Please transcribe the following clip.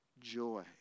joy